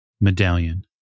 medallion